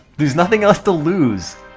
there's nothing else to lose!